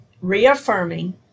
reaffirming